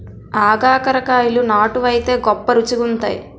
ఆగాకరకాయలు నాటు వైతే గొప్ప రుచిగుంతాయి